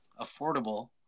affordable